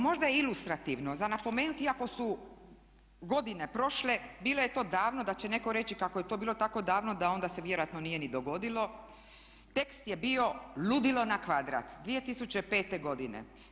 Možda je ilustrativno za napomenuti iako su godine prošle, bilo je to davno, da će netko reći kako je to bilo tako davno da onda se vjerojatno nije ni dogodilo, tekst je bio: "Ludilo na kvadrat!", 2005. godine.